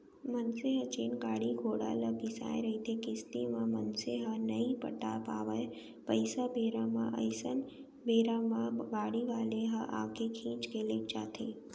मनसे ह जेन गाड़ी घोड़ा ल बिसाय रहिथे किस्ती म मनसे ह नइ पटा पावय पइसा बेरा म अइसन बेरा म गाड़ी वाले ह आके खींच के लेग जाथे